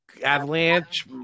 Avalanche